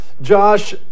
Josh